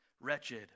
wretched